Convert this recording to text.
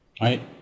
right